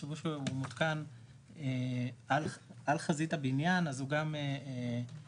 תחשבו שהוא מותקן על חזית הבנין אז הוא גם בטווח